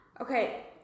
Okay